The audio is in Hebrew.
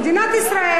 מדינת ישראל,